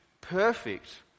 perfect